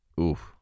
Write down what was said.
Oof